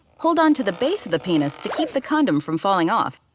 hold on to the base of the penis to keep the condom from falling off.